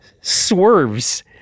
swerves